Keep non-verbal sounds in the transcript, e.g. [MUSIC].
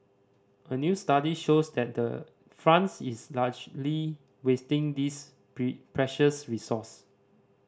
a new study shows that the France is largely wasting this [UNINTELLIGIBLE] precious resource